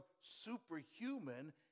superhuman